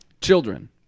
Children